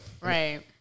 Right